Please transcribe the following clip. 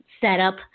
setup